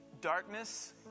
darkness